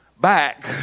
back